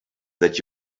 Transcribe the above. that